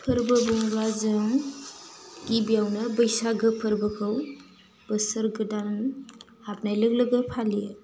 फोरबो बुंब्ला जों गिबियावनो बैसागो फोरबोखौ बोसोर गोदान हाबनाय लोगो लोगो फालियो